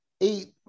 eight